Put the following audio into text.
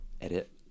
edit